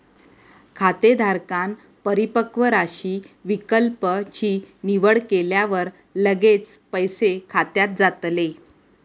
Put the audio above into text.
खातेधारकांन परिपक्व राशी विकल्प ची निवड केल्यावर लगेच पैसे खात्यात जातले